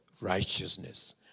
righteousness